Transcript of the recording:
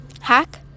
Hack